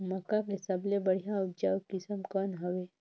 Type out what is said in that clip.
मक्का के सबले बढ़िया उपजाऊ किसम कौन हवय?